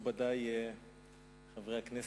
מכובדי חברי הכנסת,